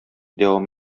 дәвам